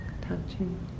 touching